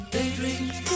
Daydreams